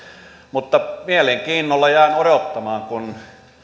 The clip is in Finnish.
mutta mielenkiinnolla jään odottamaan kun